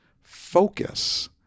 focus